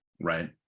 right